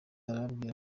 arababwira